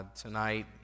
tonight